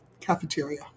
cafeteria